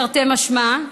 תרתי משמע,